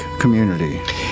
community